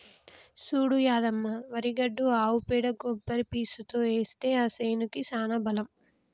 చూడు యాదమ్మ వరి గడ్డి ఆవు పేడ కొబ్బరి పీసుతో ఏస్తే ఆ సేనుకి సానా బలం